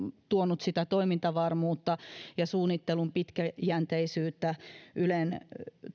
tuonut sitä toimintavarmuutta ja suunnittelun pitkäjänteisyyttä ylen